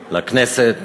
לכנסת,